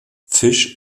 fish